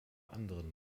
anderen